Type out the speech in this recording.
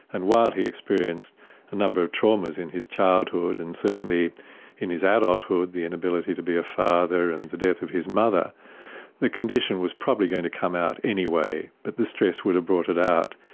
and while he experienced a number of traumas in his childhood and certainly in his adulthood the inability to be a father and the death of his mother the condition was probably going to come out anyway, but the stress would have brought it out.